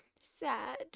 sad